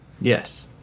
Yes